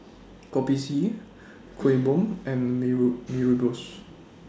Kopi C Kuih Bom and Mee rule Mee Rebus